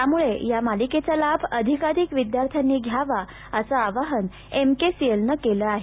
त्यामुळे या मालिकेचा लाभ अधिकाधिक विद्यार्थ्यांनी घ्यावा असं आवाहन एम के सी एल नं केलं आहे